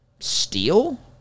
Steal